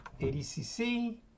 ADCC